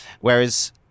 Whereas